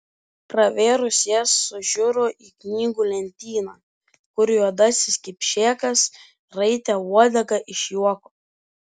pravėrus jas sužiuro į knygų lentyną kur juodasis kipšėkas raitė uodegą iš juoko